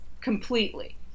completely